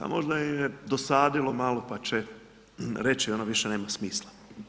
A možda je i dosadilo malo, pa će reći, ono više nema smisla.